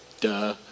Duh